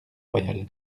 royal